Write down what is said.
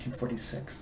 1946